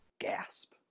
gasp